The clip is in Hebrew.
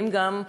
ואם גם,